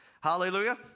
Hallelujah